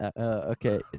okay